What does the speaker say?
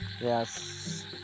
yes